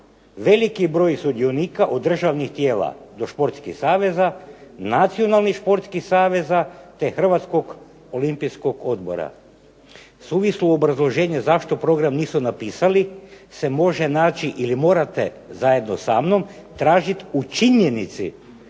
veliki broj sudionika od državnih tijela do sportskih saveza, Nacionalnih sportskih saveza, te Hrvatskog olimpijskog odbora". Suvislo obrazloženje zašto program nisu napisali se može naći ili morate zajedno sa mnom tražiti u činjenici